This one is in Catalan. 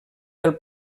del